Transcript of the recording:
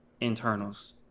internals